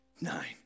nine